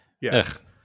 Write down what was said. yes